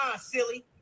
silly